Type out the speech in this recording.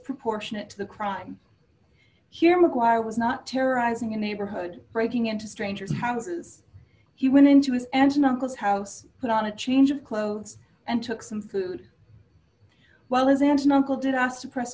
disproportionate to the crime here mcguire was not terrorizing a neighborhood breaking into a stranger's houses he went into his engine uncle's house put on a change of clothes and took some food while his aunt and uncle did as to press